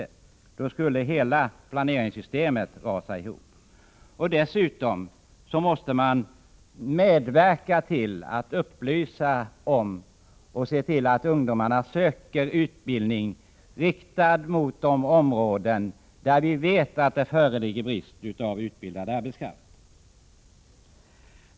Om man gjorde det skulle hela planeringssystemet rasa ihop. Dessutom måste man medverka till att upplysa ungdomarna om och se till att de söker utbildning riktad mot de områden där vi vet att det föreligger brist på utbildad arbetskraft.